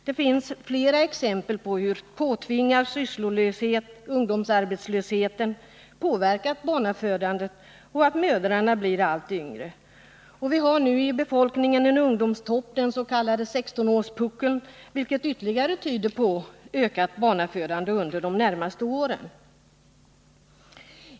Det finns flera exempel på hur påtvingad sysslolöshet — ungdomsarbetslösheten — påverkat barnafödandet samt på att mödrarna blir allt yngre. Vi har nu i befolkningen en ungdomstopp, den s.k. 16 årspuckeln, vilket också tyder på att vi får räkna med ett ökat barnafödande under de närmaste åren.